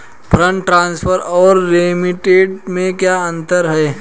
Fund transfer और remittance में क्या अंतर है?